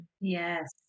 Yes